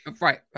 right